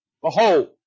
behold